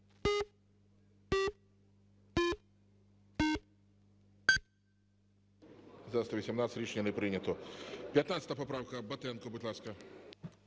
За-118 Рішення не прийнято. 15 поправка, Батенко, будь ласка.